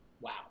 wow